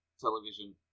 Television